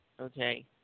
okay